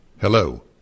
Hello